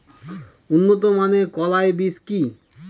উন্নত মানের কলাই বীজ কি?